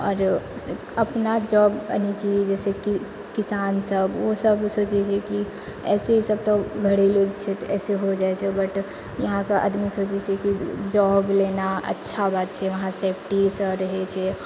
आओर अपना जॉब आनि जैसेकि किसान सब ओ सब सोचै छै कि ऐसे सब तऽ घरेलू सब ऐसे होइ जाइ छै बट यहाँके आदमी सोचै छै कि जॉब लेना अच्छा बात छै वहाँ सेफ्टी सब रहै छै